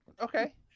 Okay